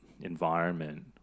environment